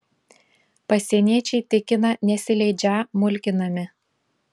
pasieniečiai tikina nesileidžią mulkinami